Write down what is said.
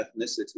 ethnicity